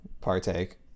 partake